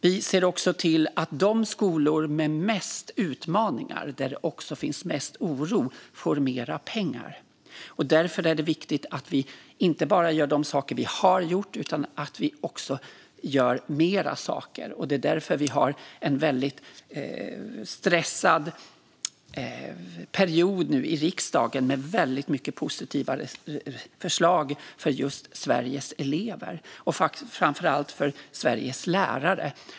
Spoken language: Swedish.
Vi ser också till att de skolor som har mest utmaningar, där det också finns mest oro, får mer pengar. Det är viktigt att vi inte bara gör de saker vi har gjort utan att vi också gör mer saker. Det är därför vi nu har en väldigt stressig period i riksdagen med väldigt mycket positiva förslag för just Sveriges elever och framför allt Sveriges lärare.